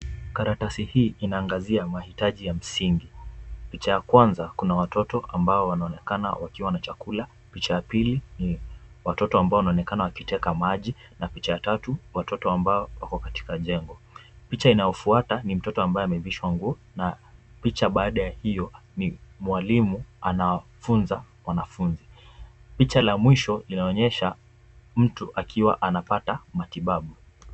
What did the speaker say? Karatasi hii inaangazia mahitaji ya msingi. Picha ya kwanza kuna watoto ambao wanaonekana wakiwa na chakula. Picha ya pili ni watoto ambao wanaonekana wakiteka maji na picha ya tatu watoto ambao wako katika jengo. Picha inayofuata ni mtoto ambaye amevishwa nguo na picha baada ya hiyo ni mwalimu anafunza wanafunzi. Picha la mwisho inaonesha mtu akiwa anapata matibabu.